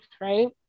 right